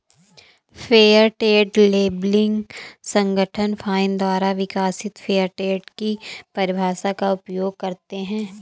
fair trade labelling संगठन FINE द्वारा विकसित फेयर ट्रेड की परिभाषा का उपयोग करते हैं